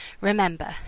Remember